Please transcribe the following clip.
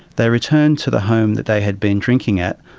they returned to the home that they had been drinking at.